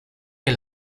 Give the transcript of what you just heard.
que